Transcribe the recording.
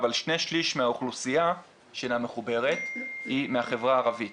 אבל שני שליש מהאוכלוסייה שאינה מחוברת היא מהחברה הערבית.